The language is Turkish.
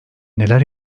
neler